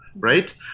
Right